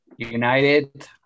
United